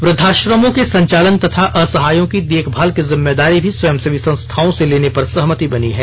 वृद्दाश्रमों के संचालन तथा असहायों की देखभाल की जिम्मेदारी भी स्वयंसेवी संस्थाओं से लेने पर सहमति बनी है